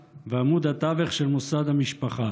מביאות החיים לעולם ועמוד התווך של מוסד המשפחה.